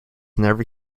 never